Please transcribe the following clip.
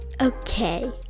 okay